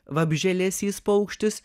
vabzdžialesys paukštis